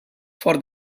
for